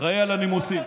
אחראי לנימוסים.